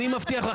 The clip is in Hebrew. אני מבטיח לך,